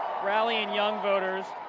rallying young voters,